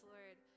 Lord